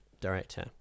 director